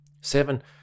Seven